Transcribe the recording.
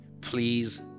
please